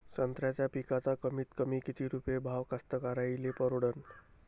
संत्र्याचा पिकाचा कमीतकमी किती रुपये भाव कास्तकाराइले परवडन?